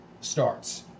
starts